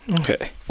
Okay